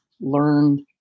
learned